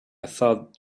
thought